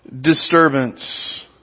disturbance